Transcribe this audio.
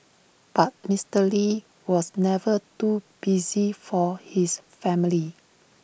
but Mister lee was never too busy for his family